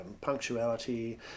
punctuality